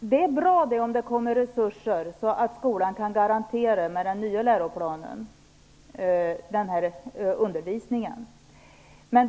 Det är bra om det sätts in resurser så att skolan kan garantera den här undervisningen enligt den nya läroplanen.